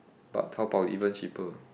but Taobao even cheaper